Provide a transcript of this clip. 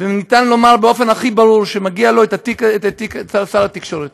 ואפשר לומר באופן הכי ברור שמגיע לו תיק שר התקשורת.